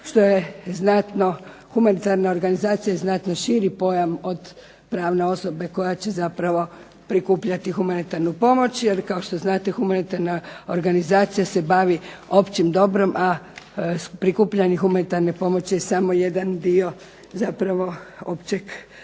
što je znatno humanitarna organizacija je znatno širi pojam od pravne osobe koja će zapravo prikupljati humanitarnu pomoć, jer kao što znate humanitarna organizacija se bavi općim dobrom, a prikupljanje humanitarne pomoći je samo jedan dio zapravo općeg dobra.